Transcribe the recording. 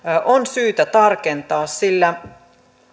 on syytä tarkentaa sillä